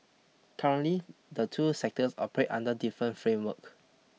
currently the two sectors operate under different framework